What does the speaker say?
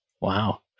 Wow